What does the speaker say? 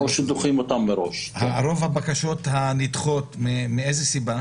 ורוב הבקשות שנדחות, הן נדחות מאיזו סיבה?